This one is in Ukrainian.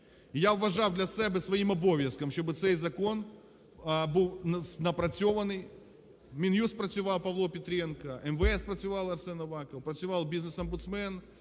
Я вважав для себе своїм обов'язком, щоб цей закон був напрацьований, Мін'юст працював, Павло Петренко, МВС працював, Арсен Аваков, працював бізнес-омбудсмен